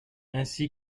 ainsi